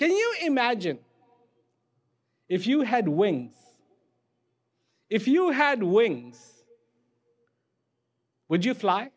can you imagine if you had wings if you had wings would you fly